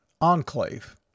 enclave